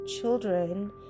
children